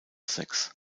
sex